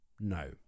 No